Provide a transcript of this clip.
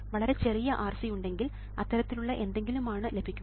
വളരെ ചെറിയ RC ഉണ്ടെങ്കിൽ അത്തരത്തിലുള്ള എന്തെങ്കിലും ആണ് ലഭിക്കുക